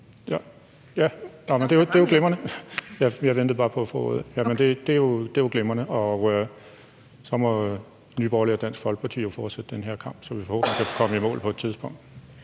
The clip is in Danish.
Jamen det er jo glimrende. Og så må Nye Borgerlige og Dansk Folkeparti jo fortsætte den her kamp, så vi forhåbentlig kan komme i mål på et tidspunkt.